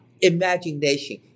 imagination